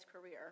career